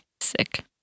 Sick